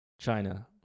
China